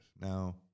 Now